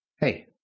hey